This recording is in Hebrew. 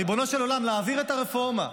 ריבונו של עולם, להעביר את הרפורמה.